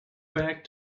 back